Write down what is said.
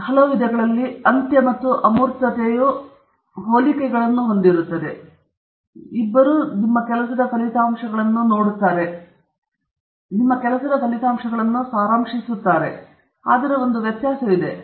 ಈಗ ಕೆಲವು ವಿಧಗಳಲ್ಲಿ ಅಂತ್ಯ ಮತ್ತು ಅಮೂರ್ತತೆಯು ಹೋಲಿಕೆಗಳನ್ನು ಹೊಂದಿವೆ ಇಬ್ಬರೂ ನಿಮ್ಮ ಕೆಲಸದ ಫಲಿತಾಂಶಗಳನ್ನು ತೋರಿಸುತ್ತಾರೆ ಅವರು ನಿಮ್ಮ ಕೆಲಸದ ಫಲಿತಾಂಶಗಳನ್ನು ಸಾರಾಂಶಿಸುತ್ತಾರೆ ಆದರೆ ಒಂದು ವ್ಯತ್ಯಾಸವಿದೆ